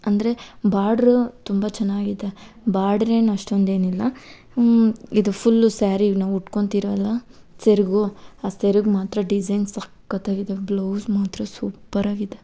ಅಂದರೆ ಬಾಡ್ರು ತುಂಬ ಚೆನ್ನಾಗಿದೆ ಬಾಡ್ರೇನು ಅಷ್ಟೊಂದು ಏನಿಲ್ಲ ಇದು ಫುಲ್ಲು ಸ್ಯಾರಿ ನಾವು ಉಟ್ಕೊತೀರಲ್ಲ ಸೆರಗು ಆ ಸೆರಗು ಮಾತ್ರ ಡಿಸೈನ್ ಸಖತ್ತಾಗಿದೆ ಬ್ಲೌಸ್ ಮಾತ್ರ ಸೂಪ್ಪರಾಗಿದೆ